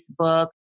Facebook